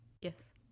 Yes